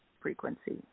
frequency